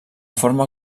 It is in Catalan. forma